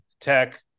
Tech